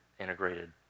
integrated